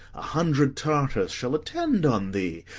a hundred tartars shall attend on thee,